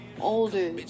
older